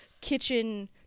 kitchen